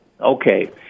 Okay